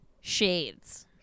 Shades